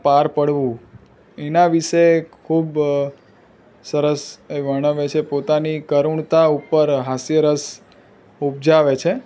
પાર પડવું એના વિષે એક ખૂબ સરસ એ વર્ણવે છે પોતાની કરુણતા ઉપર હાસ્ય રસ ઉપજાવે છે